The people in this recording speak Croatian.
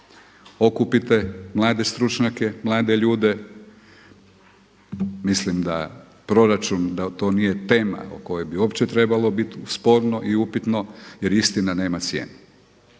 okupite mlade stručnjake, mlade ljude, mislim da proračun, da to nije tema o kojoj bi uopće trebalo biti sporno i upitno jer istina nema cijenu